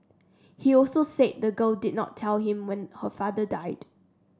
he also said the girl did not tell him when her father died